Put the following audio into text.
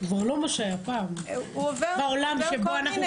כבר לא מה שהיה פעם בעולם שלנו,